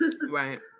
Right